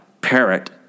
parrot